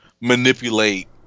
manipulate